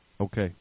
okay